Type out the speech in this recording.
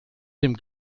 dem